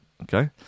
Okay